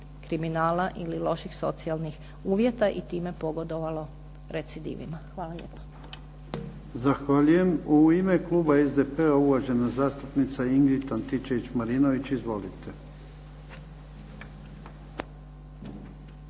kriminala ili loših socijalnih uvjeta, i time pogodovalo recidivima. Hvala lijepa. **Jarnjak, Ivan (HDZ)** Zahvaljujem. U ime kluba SDP-a, uvažena zastupnica Ingrid Antičević Marinović. Izvolite.